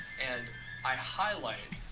and i highlight